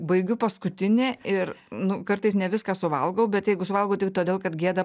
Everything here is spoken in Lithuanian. baigiu paskutinė ir nu kartais ne viską suvalgau bet jeigu suvalgau tik todėl kad gėda